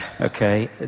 Okay